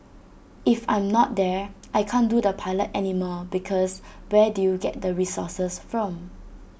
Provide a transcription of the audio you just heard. if I'm not there I can't do the pilot anymore because where do you get the resources from